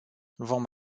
vom